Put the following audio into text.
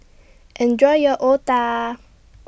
Enjoy your Otah